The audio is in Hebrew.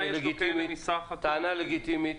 טענה לגיטימית.